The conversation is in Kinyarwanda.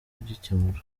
kugikemura